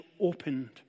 opened